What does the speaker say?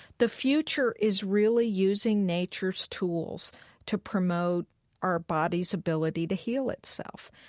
the future is really using nature's tools to promote our body's ability to heal itself,